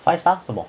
five stars 什么